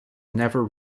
never